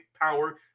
power